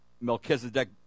Melchizedek